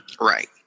Right